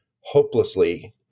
hopelessly